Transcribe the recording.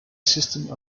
system